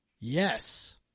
Yes